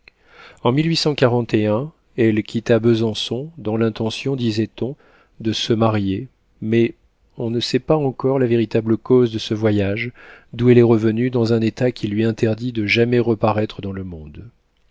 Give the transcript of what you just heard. en elle quitta besançon dans l'intention disait-on de se marier mais on ne sait pas encore la véritable cause de ce voyage d'où elle est revenue dans un état qui lui interdit de jamais reparaître dans le monde